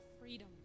freedom